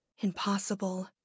impossible